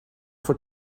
for